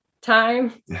time